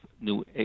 New